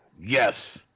Yes